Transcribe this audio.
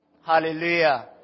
Hallelujah